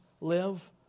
live